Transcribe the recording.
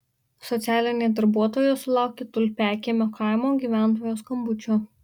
socialinė darbuotoja sulaukė tulpiakiemio kaimo gyventojos skambučio